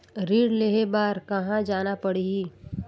ऋण लेहे बार कहा जाना पड़ही?